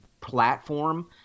platform